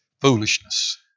foolishness